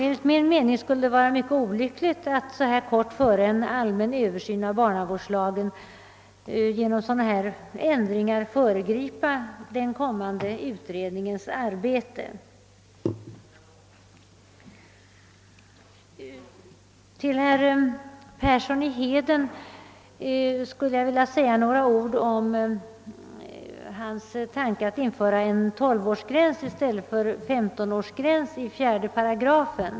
Enligt min mening skulle det vara mycket olyckligt att så kort tid före en allmän översyn av barnavårdslagen genom dylika ändringar föregripa den kommande utredningens arbete. Till herr Persson i Heden vill jag säga några ord om hans tanke att införa en tolvårsgräns i stället för en femtonårsgräns i 4 §.